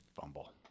Fumble